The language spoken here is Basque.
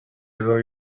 edo